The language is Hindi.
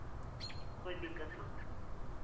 कोई दिक्कत ना